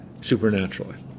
supernaturally